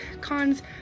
cons